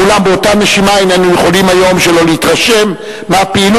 אולם באותה נשימה איננו יכולים היום שלא להתרשם מהפעילות